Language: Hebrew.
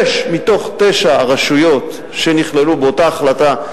שש מתוך תשע הרשויות שנכללו באותה החלטה,